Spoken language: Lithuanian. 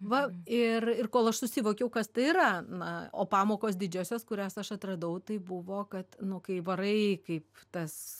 va ir ir kol aš susivokiau kas tai yra na o pamokos didžiosios kurias aš atradau tai buvo kad nu kai varai kaip tas